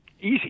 Easy